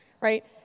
Right